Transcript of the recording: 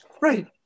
Right